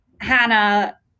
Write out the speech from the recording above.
Hannah